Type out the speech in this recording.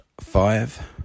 five